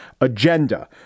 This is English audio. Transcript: agenda